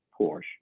Porsche